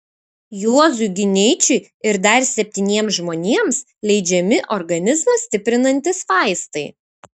juozui gineičiui ir dar septyniems žmonėms leidžiami organizmą stiprinantys vaistai